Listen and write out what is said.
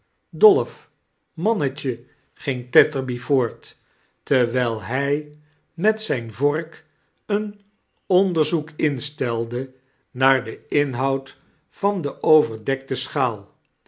dolf mannetje ging tetterby voort terwijl hij met zijn vork een onderzoek instelde naar den inhoud van de overdekte schaal